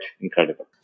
incredible